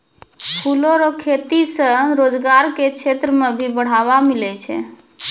फूलो रो खेती से रोजगार के क्षेत्र मे भी बढ़ावा मिलै छै